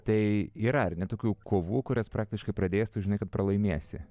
tai yra ar ne tokių kovų kurias praktiškai pradėjęs tu žinai kad pralaimėsi